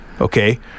Okay